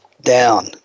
down